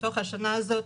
בתוך השנה הזאת,